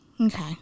Okay